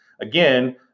Again